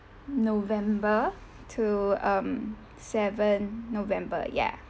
november to um seven november ya